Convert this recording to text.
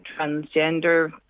transgender